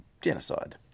genocide